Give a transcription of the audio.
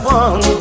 one